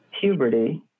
puberty